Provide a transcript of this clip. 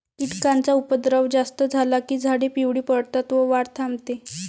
कीटकांचा उपद्रव जास्त झाला की झाडे पिवळी पडतात व वाढ थांबते